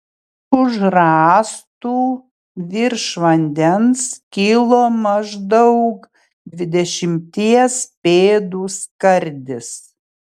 už rąstų virš vandens kilo maždaug dvidešimties pėdų skardis